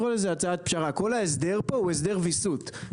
כל ההסדר פה הוא הסדר ויסות.